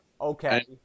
okay